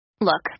Look